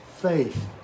faith